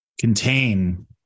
contain